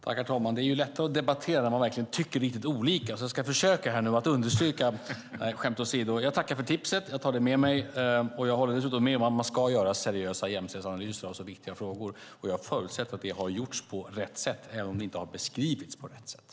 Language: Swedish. Herr talman! Det är lättare att debattera om man verkligen tycker riktigt olika, så jag ska försöka understryka - nej, skämt åsido. Jag tackar för tipset. Jag tar det med mig. Jag håller med om att man ska göra seriösa jämställdhetsanalyser av så viktiga frågor, och jag förutsätter att det har gjorts på rätt sätt även om det inte har beskrivits på rätt sätt.